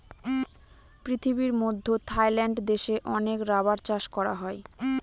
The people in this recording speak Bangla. পৃথিবীর মধ্যে থাইল্যান্ড দেশে অনেক রাবার চাষ করা হয়